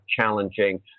challenging